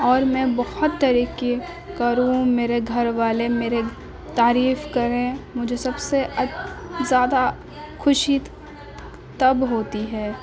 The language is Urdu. اور میں بہت ترقی کروں میرے گھر والے میرے تعریف کریں مجھے سب سے زیادہ خوشی تب ہوتی ہے